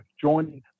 joining